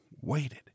Waited